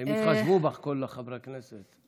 הם התחשבו בך, כל חברי הכנסת.